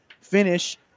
finish